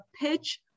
pitch